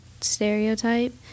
stereotype